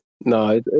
no